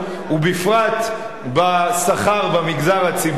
ובפרט בשכר במגזר הציבורי,